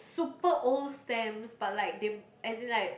super old stamps but like they as in like